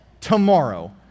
tomorrow